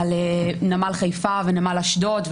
על נמל חיפה ונמל אשדוד,